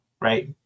right